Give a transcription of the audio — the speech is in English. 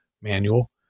manual